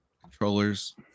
Controllers